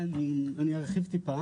אני ארחיב מעט.